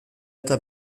eta